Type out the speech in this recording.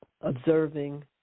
observing